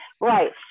Right